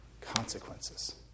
consequences